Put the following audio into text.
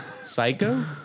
Psycho